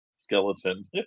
skeleton